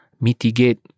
mitigate